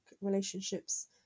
relationships